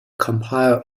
compile